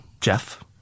Jeff